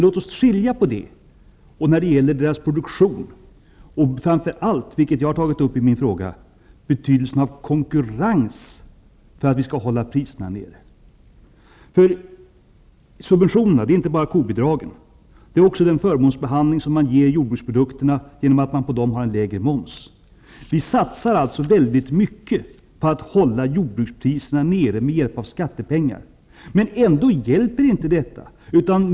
Låt oss skilja på miljöinsatsen och deras produktion och framför allt betydelsen av konkurrens för att kunna hålla priserna nere. Subventionerna utgörs inte bara av kobidragen utan också av den förmåns behandling som ges jordbruksprodukterna genom att en lägre moms läggs på dem. Vi satsar mycket på att hålla jordbrukspriserna nere med hjälp av skattepengar. Men ändå hjälper inte det.